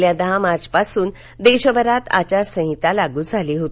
गेल्या दहा मार्चपासून देशभरात आचार संहिता लागू झाली होती